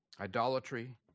Idolatry